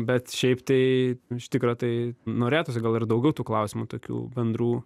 bet šiaip tai iš tikro tai norėtųsi gal ir daugiau tų klausimų tokių bendrų